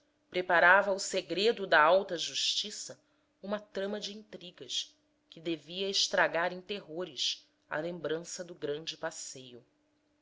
preparava o segredo da alta justiça uma trama de intrigas que devia estragar em terrores a lembrança do grande passeio